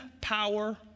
power